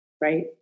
right